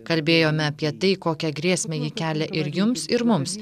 kalbėjome apie tai kokią grėsmę ji kelia ir jums ir mums